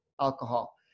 alcohol